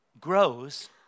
grows